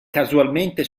casualmente